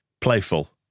Playful